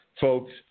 Folks